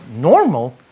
normal